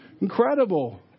Incredible